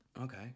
okay